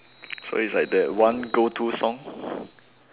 so it's like that one go to song